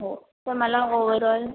हो तर मला ओवरऑल